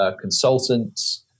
consultants